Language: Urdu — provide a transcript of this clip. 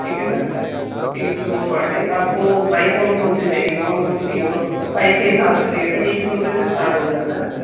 ٹھیک ہے سر تین سو روپیے پر ڈے آپ کو بائیک کون کون سے چاہیے کون کون سی بائیک کے حساب سے ریٹ ہے تین سو روپیے سے اسٹارٹ ہو جاتا ہے